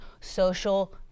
social